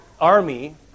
army